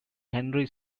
henry